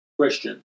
Christian